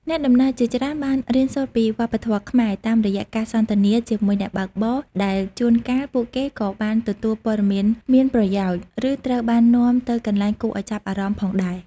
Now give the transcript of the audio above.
អ្នកដំណើរជាច្រើនបានរៀនសូត្រពី វប្បធម៌ខ្មែរ តាមរយៈការសន្ទនាជាមួយអ្នកបើកបរ ដែលជួនកាលពួកគេក៏បានទទួលព័ត៌មានមានប្រយោជន៍ ឬត្រូវបាននាំទៅកន្លែងគួរឱ្យចាប់អារម្មណ៍ផងដែរ។